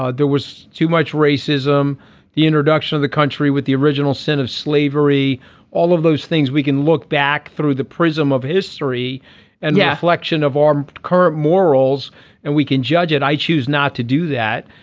ah there was too much racism the introduction of the country with the original sin of slavery all of those things we can look back through the prism of history and the mass yeah collection of our current morals and we can judge it. i choose not to do that.